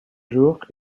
jours